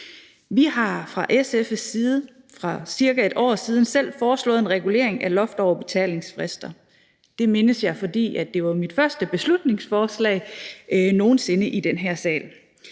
Vi har fra SF's side for ca. 1 år siden selv foreslået en regulering af loftet over betalingsfrister. Det mindes jeg, fordi det var mit første beslutningsforslag nogen sinde i den her sal.